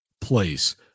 place